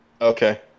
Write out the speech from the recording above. Okay